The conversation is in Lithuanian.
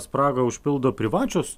spragą užpildo privačios